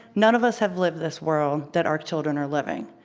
none of us have lived this world that our children are living.